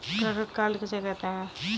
Credit card किसे कहते हैं?